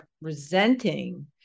resenting